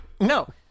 No